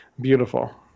Beautiful